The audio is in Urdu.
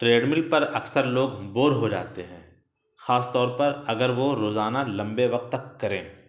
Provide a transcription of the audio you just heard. ٹریڈ مل پر اکثر لوگ بور ہو جاتے ہیں خاص طور پر اگر وہ روزانہ لمبے وقت تک کریں